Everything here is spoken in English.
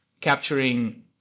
capturing